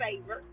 favor